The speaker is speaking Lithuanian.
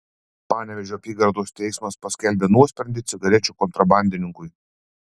panevėžio apygardos teismas paskelbė nuosprendį cigarečių kontrabandininkui